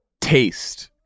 taste